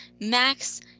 Max